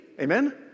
Amen